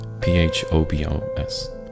p-h-o-b-o-s